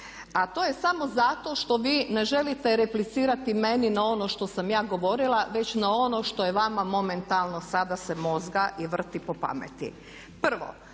A to je samo zato što vi ne želite replicirati meni na ono što sam ja govorila već na ono što je vama momentalno sada se mozga i vrti po pameti.